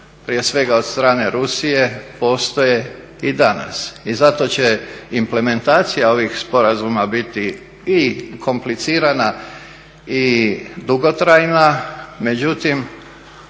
prije svega od strane Rusije postoje i danas. I zato će implementacija ovih sporazuma biti i komplicirana i dugotrajna. Međutim,